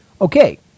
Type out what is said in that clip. Okay